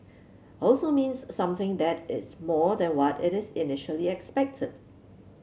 also means something that is more than what it is initially expected